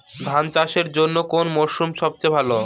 ধান চাষের জন্যে কোন মরশুম সবচেয়ে ভালো?